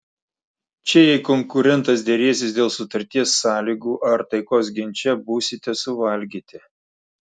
čia jei konkurentas derėsis dėl sutarties sąlygų ar taikos ginče būsite suvalgyti